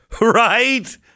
right